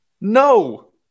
No